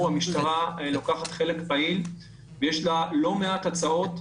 המשטרה לוקחת חלק פעיל ויש לה לא מעט הצעות,